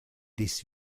this